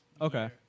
Okay